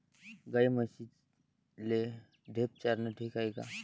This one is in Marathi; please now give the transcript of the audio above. गाई म्हशीले ढेप चारनं ठीक हाये का?